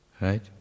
right